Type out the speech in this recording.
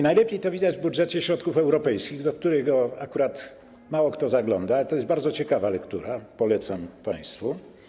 Najlepiej to widać w budżecie środków europejskich, do którego akurat mało kto zagląda, a to jest bardzo ciekawa lektura, polecam państwu.